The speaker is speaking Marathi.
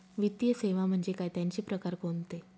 वित्तीय सेवा म्हणजे काय? त्यांचे प्रकार कोणते?